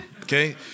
Okay